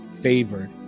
favored